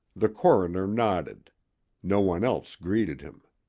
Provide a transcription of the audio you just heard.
the coroner nodded no one else greeted him.